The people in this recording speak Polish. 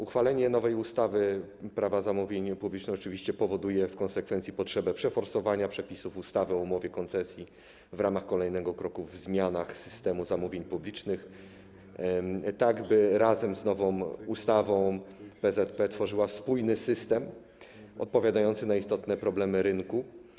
Uchwalenie nowej ustawy Prawo zamówień publicznych oczywiście powoduje w konsekwencji potrzebę przeforsowania przepisów ustawy o umowie koncesji w ramach kolejnego kroku na rzecz zmian systemu zamówień publicznych, tak by razem z nową ustawą p.z.p. tworzyła spójny system odpowiadający na istotne problemy rynku.